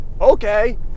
Okay